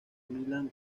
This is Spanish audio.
milán